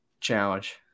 challenge